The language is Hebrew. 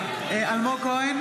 (קוראת בשמות חברי הכנסת) אלמוג כהן,